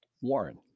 Warren